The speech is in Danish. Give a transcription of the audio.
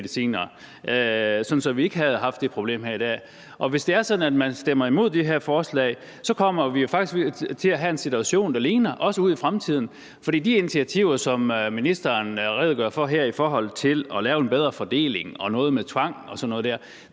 at vi ikke havde haft det her problem her i dag, men hvis det er sådan, at man stemmer imod det her forslag, kommer vi jo faktisk til at have en situation, der ligner det, også ude i fremtiden. For de initiativer, som ministeren redegør for her i forhold til at lave en bedre fordeling og noget med tvang og sådan noget,